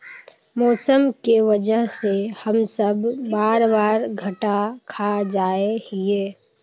मौसम के वजह से हम सब बार बार घटा खा जाए हीये?